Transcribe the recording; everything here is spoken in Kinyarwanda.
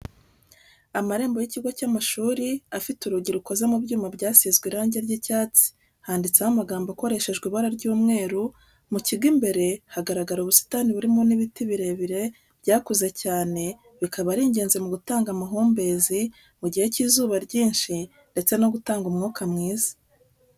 Amarembo y'ikigo cy'amashuri afite urugi rukoze mu byuma byasizwe irangi ry'icyatsi, handitseho amagambo akoreshejwe ibara ry'umweru, mu kigo imbere hagaragara ubusitani burimo n'ibiti birebire byakuze cyane bikaba ari ingenzi mu gutanga amahumbezi mu gihe cy'izuba ryinshi ndetse no gutanga umwuka mwiza.